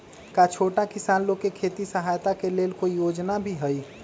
का छोटा किसान लोग के खेती सहायता के लेंल कोई योजना भी हई?